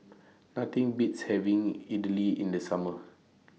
Nothing Beats having Idly in The Summer